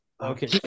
Okay